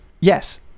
Yes